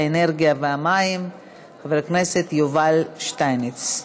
האנרגיה והמים חבר הכנסת יובל שטייניץ.